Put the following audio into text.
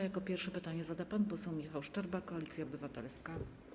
Jako pierwszy pytanie zada pan poseł Michał Szczerba, Koalicja Obywatelska.